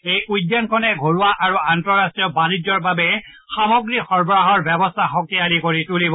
এই উদ্যানখনে ঘৰুৱা আৰু আন্তঃৰাষ্টীয় বাণিজ্যৰ বাবে সামগ্ৰী সৰবৰাহৰ ব্যৱস্থা শক্তিশালী কৰি তুলিব